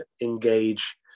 engage